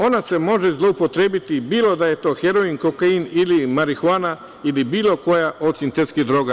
Ona se može zloupotrebiti, bilo da je to heroin, kokain ili marihuana ili bilo koja od sintetskih droga.